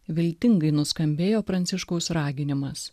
viltingai nuskambėjo pranciškaus raginimas